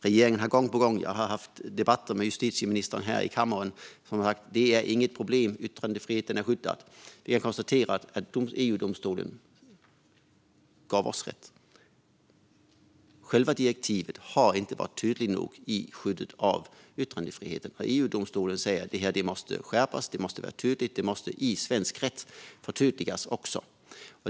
Jag har flera gånger haft debatter med justitieministern här i kammaren där han har sagt att detta inte är något problem och att yttrandefriheten är skyddad. Jag konstaterar att EU-domstolen gav oss rätt. Själva direktivet har inte varit tydligt nog i skyddet av yttrandefriheten. EU-domstolen säger att det här måste skärpas. Det måste vara tydligt, och det måste även förtydligas i svensk rätt.